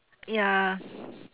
ya